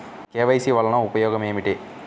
KYC వలన ఉపయోగం ఏమిటీ?